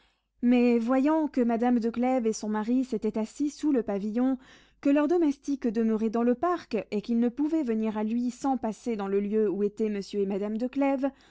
mais voyant que madame de clèves et son mari s'étaient assis sous le pavillon que leurs domestiques demeuraient dans le parc et qu'ils ne pouvaient venir à lui sans passer dans le lieu où étaient monsieur et madame